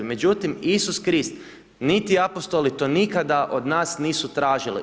Međutim, Isus Krist, niti apostoli to nikada od nas nisu tražili.